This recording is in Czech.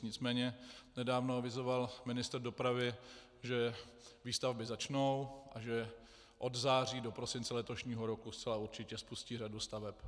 Nicméně nedávno avizoval ministr dopravy, že výstavby začnou a že od září do prosince letošního roku zcela určitě spustí řadu staveb.